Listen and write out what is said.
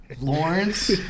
Lawrence